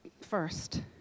first